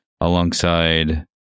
alongside